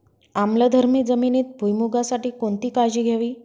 आम्लधर्मी जमिनीत भुईमूगासाठी कोणती काळजी घ्यावी?